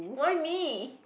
why me